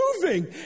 moving